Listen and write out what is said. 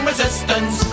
resistance